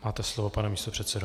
Máte slovo, pane místopředsedo.